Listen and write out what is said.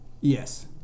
Yes